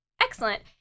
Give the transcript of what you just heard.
Excellent